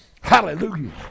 Hallelujah